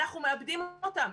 אנחנו מאבדים גם אותם.